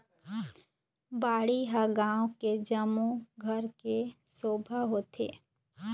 बाड़ी ह गाँव के जम्मो घर के शोभा होथे